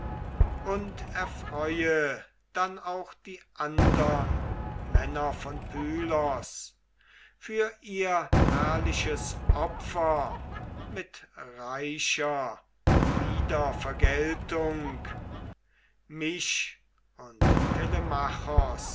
und erfreue dann auch die andern männer von pylos für ihr herrliches opfer mit reicher wiedervergeltung mich und